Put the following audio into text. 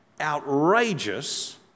outrageous